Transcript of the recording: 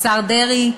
השר דרעי,